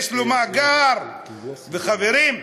יש לו מאגר, וחברים,